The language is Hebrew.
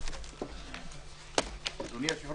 הישיבה